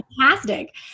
fantastic